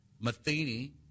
Matheny